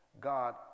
God